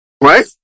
right